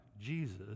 Jesus